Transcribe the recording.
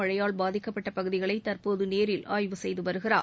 மழையால் பாதிக்கப்பட்ட பகுதிகளை தற்போது நேரில் ஆய்வு செய்து வருகிறார்